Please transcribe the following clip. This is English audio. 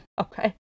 Okay